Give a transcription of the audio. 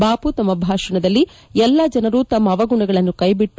ಬಾಮ ತಮ್ಮ ಭಾಷಣದಲ್ಲಿ ಎಲ್ಲ ಜನರು ತಮ್ಮ ಅವಗುಣಗಳನ್ನು ಕೈಬಿಟ್ಟು